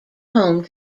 home